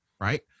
right